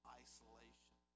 isolation